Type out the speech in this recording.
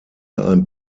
ein